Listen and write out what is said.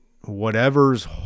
whatever's